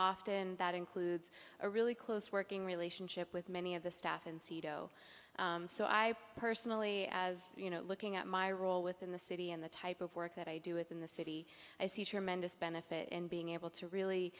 often that includes a really close working relationship with many of the staff in seato so i personally as you know looking at my role within the city and the type of work that i do within the city i see tremendous benefit in being able to really